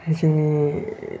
जोंनि